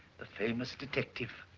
the famous detective.